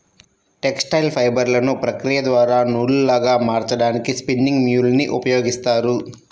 textile ఫైబర్లను ప్రక్రియ ద్వారా నూలులాగా మార్చడానికి స్పిన్నింగ్ మ్యూల్ ని ఉపయోగిస్తారు